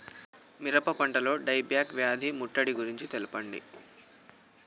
మిరప పంటలో dieback వ్యాధి ముట్టడి గురించి తెల్పండి?